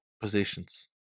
positions